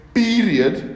period